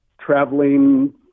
traveling